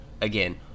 again